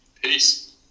Peace